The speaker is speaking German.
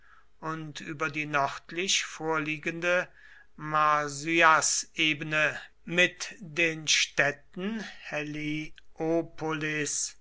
und über die nördlich vorliegende marsyasebene mit den städten